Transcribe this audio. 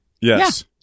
Yes